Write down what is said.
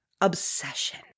Obsession